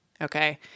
okay